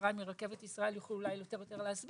חבריי מרכבת ישראל יוכלו אולי יותר להסביר,